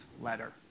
letter